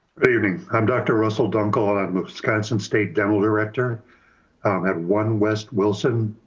good evening, i'm dr. russell dunkel. i'm with wisconsin state dental director at one west wilson,